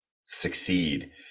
succeed